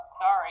sorry